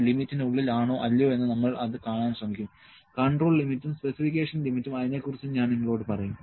അവ ലിമിറ്റിന് ഉള്ളിൽ ആണോ അല്ലയോ എന്ന് നമ്മൾ അത് കാണാൻ ശ്രമിക്കും കൺട്രോൾ ലിമിറ്റും സ്പെസിഫിക്കേഷൻ ലിമിറ്റും അതിനെക്കുറിച്ചും ഞാൻ നിങ്ങളോട് പറയും